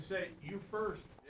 say, you first.